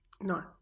No